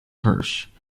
hirsch